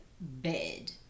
bed